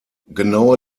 genaue